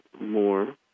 more